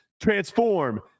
transform